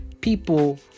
people